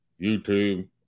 YouTube